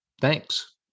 Thanks